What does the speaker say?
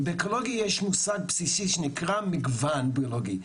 יש מושג בסיסי נקרא מגוון ביולוגי.